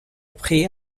prix